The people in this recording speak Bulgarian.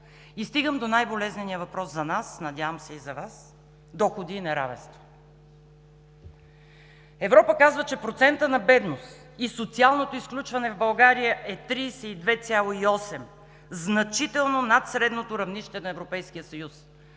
И стигам до най-болезнения въпрос за нас, надявам се и за Вас – доходи и неравенство. Европа казва, че процентът на бедност и социалното изключване в България е 32,8% – значително над средното равнище на Европейския съюз.